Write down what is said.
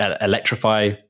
electrify